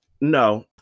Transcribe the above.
no